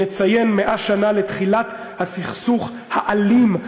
נציין 100 שנה לתחילת הסכסוך האלים,